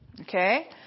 Okay